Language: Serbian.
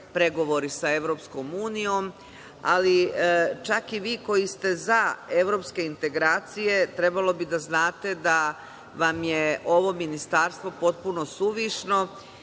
pregovori sa Evropskom unijom, ali čak i vi koji ste za evropske integracije trebalo bi da znate da vam je ovo ministarstvo potpuno suvišno.